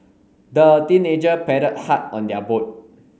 the teenager paddled hard on their boat